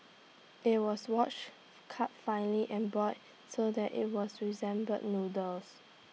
IT was washed cut finely and boiled so that IT was resembled noodles